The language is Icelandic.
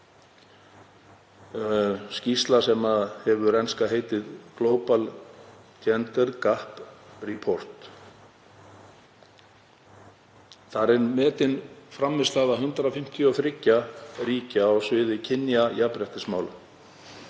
Skýrslan hefur enska heitið „Global gender gap report“. Þar er metin frammistaða 153 ríkja á sviði kynjajafnréttismála